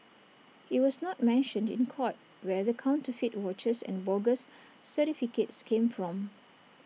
IT was not mentioned in court where the counterfeit watches and bogus certificates came from